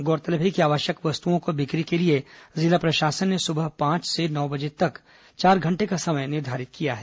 गौरतलब है कि आवश्यक वस्तुओं को बिक्री के लिए जिला प्रशासन ने सुबह पांच से नौ बजे तक चार घंटे का समय निर्धारित किया है